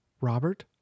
robert